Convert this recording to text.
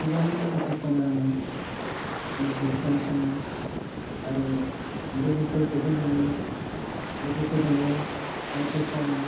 गोबां मेथाइ खनो आङो मेथाइ खोनासंङो आरो लोगोफोरखोबो लेङो लोगोफोरदोंबो मेथाइ खनो